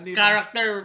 character